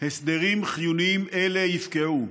הסדרים חיוניים אלה יפקעו.